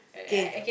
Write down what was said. k